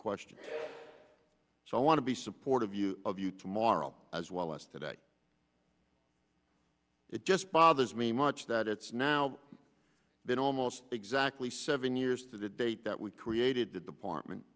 questions so i want to be supportive you of you tomorrow as well as today it just bothers me much that it's now been almost exactly seven years to the date that we created the department